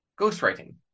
ghostwriting